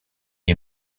est